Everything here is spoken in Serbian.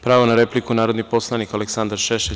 Pravo na repliku, narodni poslanik Aleksandar Šešelj.